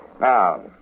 Now